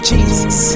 Jesus